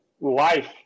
life